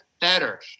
better